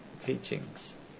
teachings